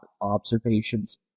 observations